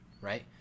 right